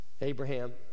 Abraham